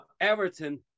Everton